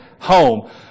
home